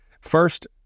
First